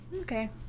okay